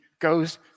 goes